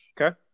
Okay